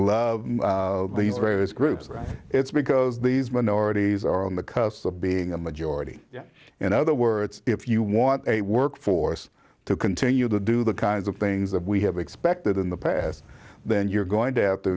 various groups it's because these minorities are on the cusp of being a majority and other words if you want a workforce to continue to do the kinds of things that we have expected in the past then you're going to have to